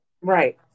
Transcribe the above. Right